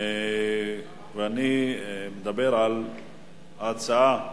אני מדבר על הצעות בנושא: